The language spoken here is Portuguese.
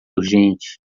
urgente